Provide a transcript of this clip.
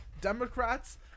Democrats